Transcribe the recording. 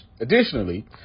Additionally